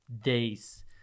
days